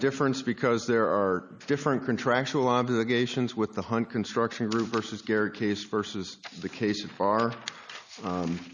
a difference because there are different contractual obligations with the one construction group versus garrett case versus the case of far